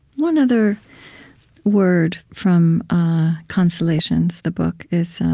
one other word from consolations, the book, is